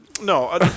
No